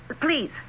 Please